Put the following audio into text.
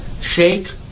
Shake